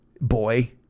boy